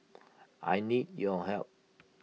I need your help